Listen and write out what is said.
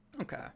Okay